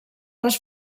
les